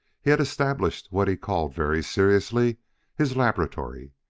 he had established what he called very seriously his laboratory.